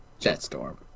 Jetstorm